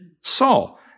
Saul